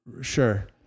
Sure